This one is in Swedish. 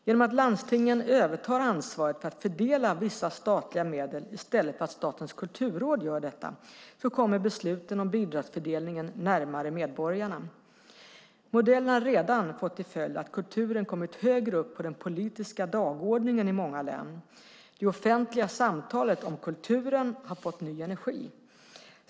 Genom att landstingen övertar ansvaret för att fördela vissa statliga medel, i stället för att Statens kulturråd gör det, kommer besluten om bidragsfördelningen närmare medborgarna. Modellen har redan fått till följd att kulturen kommit högre upp på den politiska dagordningen i många län. Det offentliga samtalet om kulturen har fått ny energi.